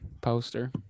poster